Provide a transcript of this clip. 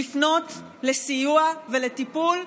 לפנות לסיוע ולטיפול,